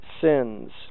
sins